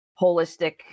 holistic